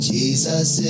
Jesus